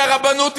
אבל הרבנות,